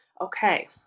okay